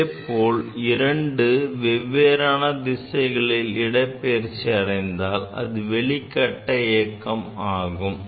இதேபோல் இரண்டும் வெவ்வேறு திசைகளில் இடப்பெயர்ச்சி அடைந்தால் அது வெளிக்கட்ட இயக்கம் எனப்படும்